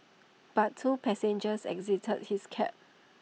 but two passengers exited his cab